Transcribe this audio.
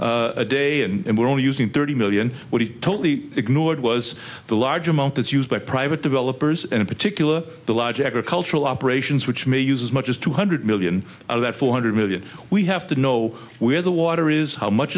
gallons a day and we're only using thirty million what he totally ignored was the large amount that's used by private developers and in particular the logic or cultural operations which may use as much as two hundred million of that four hundred million we have to know where the water is how much